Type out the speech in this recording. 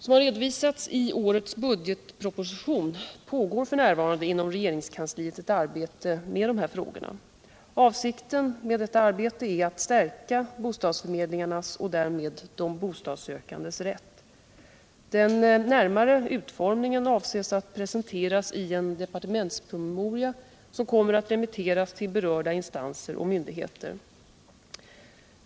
Som har redovisats i årets budgetproposition pågår f. n. inom regeringskansliet ett arbete med dessa frågor. Avsikten med detta arbete är att stärka bostadsförmedlingarnas och därmed de bostadssökandes rätt. Den närmare utformningen avses att presenteras i en departementspromemoria, som kommer att remitteras till berörda instanser och myndigheter.